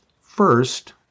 First